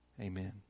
Amen